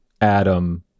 Adam